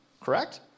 correct